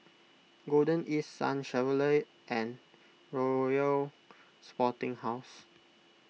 Golden East Sun Chevrolet and Royal Sporting House